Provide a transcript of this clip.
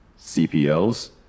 CPLs